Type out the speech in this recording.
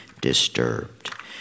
disturbed